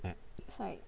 sorry